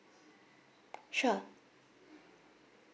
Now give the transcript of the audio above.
sure